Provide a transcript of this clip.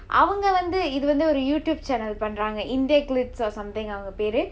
அவங்க வந்து ஒரு:avanga vanthu oru YouTube channel பண்ணுறாங்க:pannuraanga IndiaGlitz or something அவங்க பெரு:avanga peru